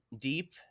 deep